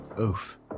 Oof